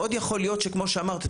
מאוד יכול להיות שכמו שאמרת,